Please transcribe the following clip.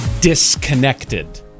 disconnected